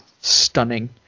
stunning